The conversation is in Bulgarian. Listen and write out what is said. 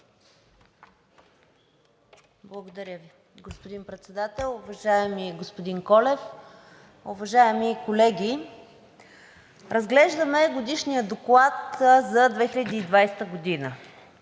Благодаря Ви. Господин Председател, уважаеми господин Колев, уважаеми колеги! Разглеждаме Годишния доклад за 2020 г.